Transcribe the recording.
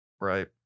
right